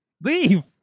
Leave